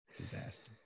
disaster